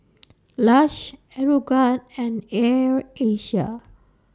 Lush Aeroguard and Air Asia